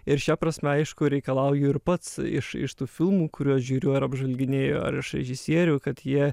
ir šia prasme aišku reikalauju ir pats iš iš tų filmų kuriuos žiūriu ar apžvelginėju ar iš režisierių kad jie